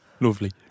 Lovely